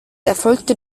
erfolgte